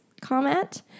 comment